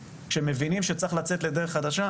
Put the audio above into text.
כשמבינים שצריך לצאת לדרך חדשה,